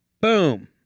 Boom